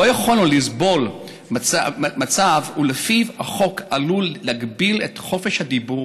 לא יכולנו לסבול מצב שלפיו החוק עלול להגביל את חופש הדיבור